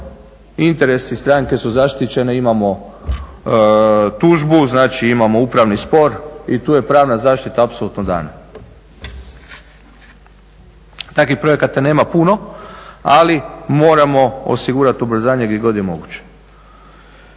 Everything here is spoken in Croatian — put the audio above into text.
Interesi stranke su zaštićene. Imamo tužbu, znači imamo upravni spor i tu je pravna zaštita apsolutno dana. Takvih projekata nema puno, ali moramo osigurati ubrzanje gdje god je moguće.